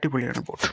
അടിപൊളിയാണ് ബോട്ട്